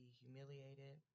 humiliated